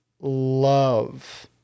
love